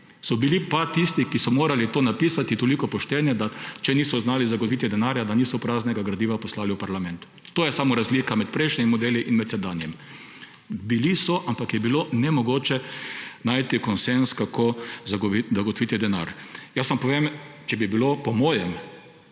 So bili pa tisti, ki so morali to napisati, toliko pošteni, da če niso znali zagotoviti denarja, da niso praznega gradiva poslali v parlament. To je samo razlika med prejšnjimi modeli in med sedanjim. Bili so, ampak je bilo nemogoče najti konsenz, kako zagotoviti denar. Jaz vam povem, če bi bilo po mojem,